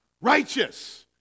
righteous